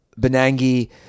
Benangi